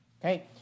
okay